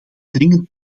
dringend